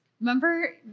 Remember